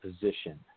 position